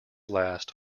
last